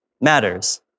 matters